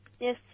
Yes